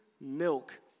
milk